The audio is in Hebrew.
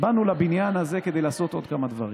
באנו לבניין הזה כדי לעשות עוד כמה דברים.